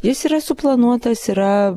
jis yra suplanuotas yra